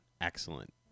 excellent